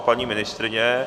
Paní ministryně?